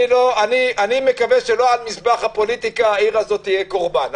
אני מקווה שלא על מזבח הפוליטיקה העיר הזאת תהיה קורבן.